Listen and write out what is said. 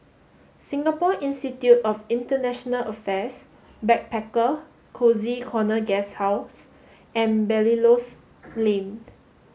Singapore Institute of International Affairs Backpacker Cozy Corner Guesthouse and Belilios Lane